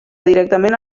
directament